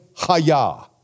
Hayah